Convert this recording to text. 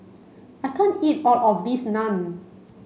I can't eat all of this Naan